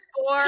Four